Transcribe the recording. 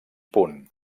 punt